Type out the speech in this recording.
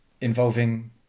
involving